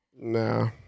Nah